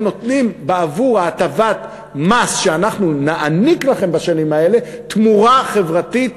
נותנים בעבור הטבת המס שאנחנו נעניק לכם בשנים האלה תמורה חברתית,